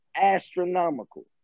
Astronomical